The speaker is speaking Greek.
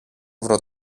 βρω